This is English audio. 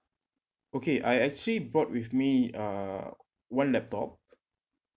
okay I actually brought with me uh one laptop